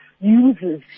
uses